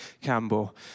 Campbell